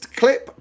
clip